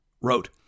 wrote